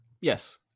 Yes